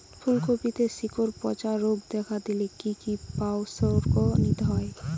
ফুলকপিতে শিকড় পচা রোগ দেখা দিলে কি কি উপসর্গ নিতে হয়?